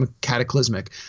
cataclysmic